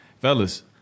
fellas